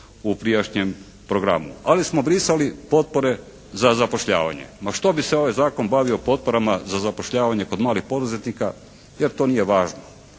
u prijašnjem programu. Ali smo brisali potpore za zapošljavanje. Ma što bi se ovaj zakon bavio potporama za zapošljavanje kod malih poduzetnika jer to nije važno.